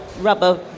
rubber